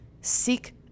seek